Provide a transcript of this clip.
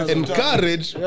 Encourage